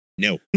No